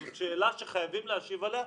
זו שאלה שחייבים להשיב עליה,